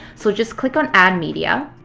so just click on add media.